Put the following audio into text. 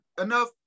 enough